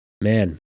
man